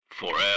Forever